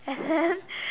and then